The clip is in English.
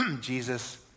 Jesus